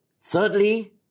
Thirdly